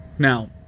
Now